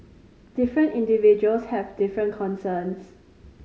different individuals have different concerns